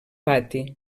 pati